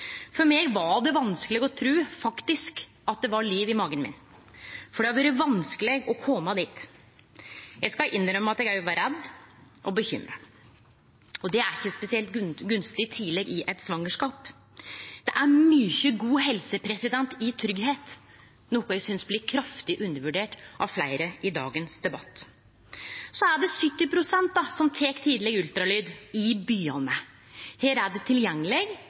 For meg var det faktisk vanskeleg å tru at det var liv i magen min. For det har vore vanskeleg å kome dit. Eg skal innrømme at eg også var redd og bekymra. Og det er ikkje spesielt gunstig tidleg i eit svangerskap. Det er mykje god helse i tryggleik, noko eg synest blir kraftig undervurdert av fleire i debatten i dag. Det er 70 pst. som tek tidleg ultralyd i byane. Her er det tilgjengeleg,